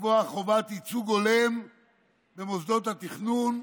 לקבוע חובת ייצוג הולם במוסדות התכנון,